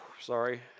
sorry